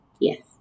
Yes